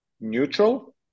neutral